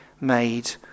made